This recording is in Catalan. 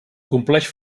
compleix